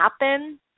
happen